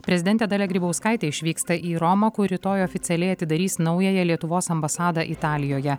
prezidentė dalia grybauskaitė išvyksta į romą kur rytoj oficialiai atidarys naująją lietuvos ambasadą italijoje